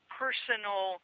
personal